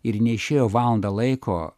ir neišėjo valandą laiko